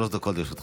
שלוש דקות לרשותך.